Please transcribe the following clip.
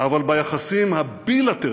אבל ביחסים הבילטרליים,